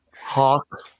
Hawk